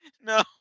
No